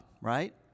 right